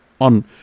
on